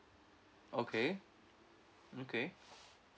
okay okay